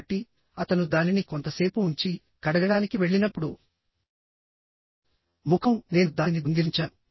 కాబట్టిఅతను దానిని కొంతసేపు ఉంచికడగడానికి వెళ్ళినప్పుడు ముఖంనేను దానిని దొంగిలించాను